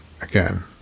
again